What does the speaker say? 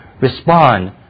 respond